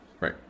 Right